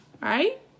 right